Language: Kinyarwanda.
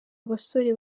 abasore